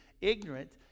ignorant